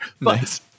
Nice